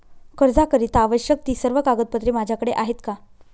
कर्जाकरीता आवश्यक ति सर्व कागदपत्रे माझ्याकडे आहेत का?